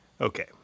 Okay